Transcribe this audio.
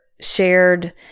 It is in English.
shared